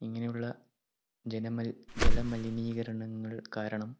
ഇങ്ങനെയുള്ള ജനമൽ ജലമലിനീകരണങ്ങൾ കാരണം